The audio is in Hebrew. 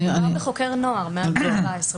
מדובר בחוקר נוער מעל גיל 14,